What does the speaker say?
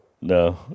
no